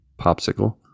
Popsicle